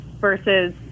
versus